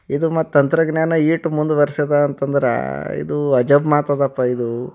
ಇದು ಮತ್ತು ತಂತ್ರಜ್ಞಾನ ಈಟು ಮುಂದುವರ್ಸ್ಯದ ಅಂತಂದ್ರೆ ಇದು ಅಜಬ್ ಮಾತದಪ್ಪ ಇದು